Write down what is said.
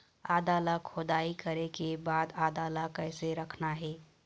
आदा ला खोदाई करे के बाद आदा ला कैसे रखना हे?